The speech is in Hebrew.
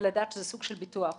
ולדעת שזה סוג של ביטוח,